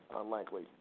unlikely